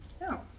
No